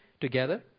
together